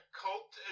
cult